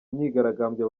myigaragambyo